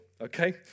Okay